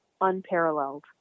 unparalleled